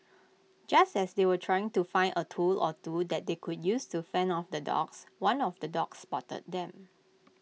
just as they were trying to find A tool or two that they could use to fend off the dogs one of the dogs spotted them